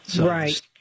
Right